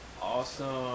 Awesome